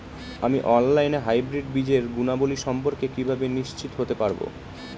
আমি অনলাইনে হাইব্রিড বীজের গুণাবলী সম্পর্কে কিভাবে নিশ্চিত হতে পারব?